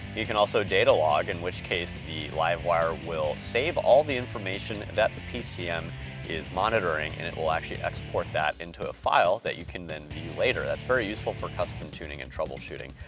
you can also data log, in which case the livewire will save all the information that the pcm is monitoring and it will actually export that into a file that you can then view later. that's very useful for custom tuning and troubleshooting.